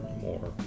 More